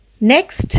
Next